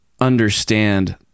understand